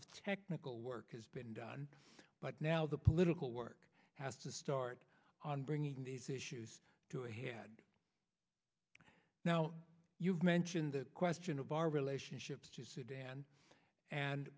of technical work has been done but now the political work has to start on bringing these issues to a head now you've mentioned the question of our relationship to sudan and